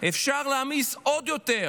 אפשר להעמיס עוד יותר,